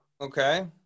Okay